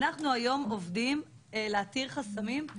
היום אנחנו עובדים להתיר חסמים,